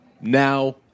now